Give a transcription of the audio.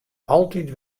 altyd